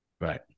Right